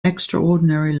extraordinary